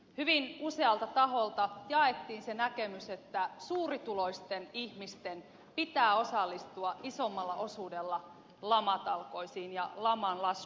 hyvin usealta taholta jaettiin se näkemys että suurituloisten ihmisten pitää osallistua isommalla osuudella lamatalkoisiin ja laman laskun maksamiseen